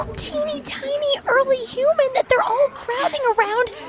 um teeny-tiny early human that they're all crowding around